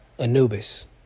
Anubis